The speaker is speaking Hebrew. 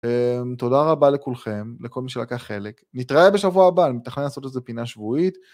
תודה רבה לכולכם, לכל מי שלקח חלק. נתראה בשבוע הבא, אני מתכנן לעשות איזה פינה שבועית.